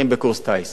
חברת הכנסת לוי.